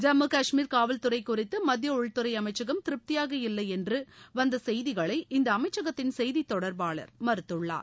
ஜம்மு காஷ்மீர் காவல்துறை குறித்து மத்திய உள்துறை அமைச்சகம் திருப்தியாக இல்லை என்று வந்த செய்திகளை இந்த அமைச்சகத்தின் செய்தி தொடர்பாளர் மறுத்துள்ளார்